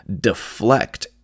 deflect